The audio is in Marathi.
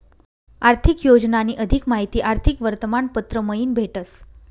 आर्थिक योजनानी अधिक माहिती आर्थिक वर्तमानपत्र मयीन भेटस